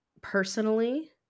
personally